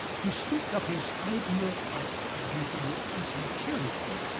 to speak of his ideal type of beauty as material,